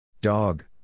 Dog